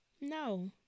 no